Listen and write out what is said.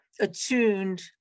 attuned